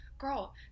girl